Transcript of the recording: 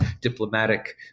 diplomatic